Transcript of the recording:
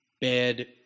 bad